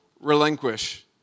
relinquish